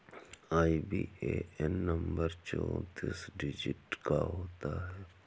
IBAN number चौतीस digit का होता है